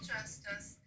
Justice